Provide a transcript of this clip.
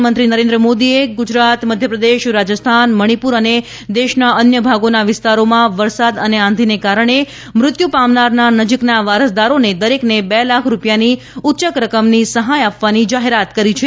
પ્રધાનમંત્રી નરેન્દ્ર મોદીએ ગુજરાત મધ્યપ્રદેશ રાજસ્થાન મણિપુર અને દેશના અન્ય ભાગોના વિસ્તારોમાં વરસાદ અને આંધીને કારણે મૃત્યુ પામનારના નજીકના વારસદારોને દરેકને બે લાખ રૂપિયાની ઉચ્ચક રકમની સહાય આપવાની જાહેરાત કરી છે